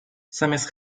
zamiast